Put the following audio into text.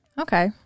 Okay